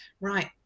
right